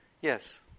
Yes